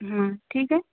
हा ठीक आहे